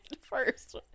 first